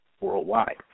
worldwide